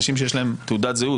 כיוון שזה אנשים שיש להם תעודת זהות,